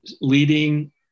leading